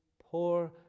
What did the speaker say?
poor